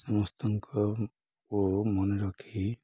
ସମସ୍ତଙ୍କ ଓ ମନେରଖି